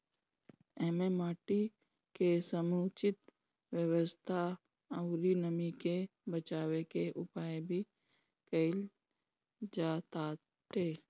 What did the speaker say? एमे माटी के समुचित व्यवस्था अउरी नमी के बाचावे के उपाय भी कईल जाताटे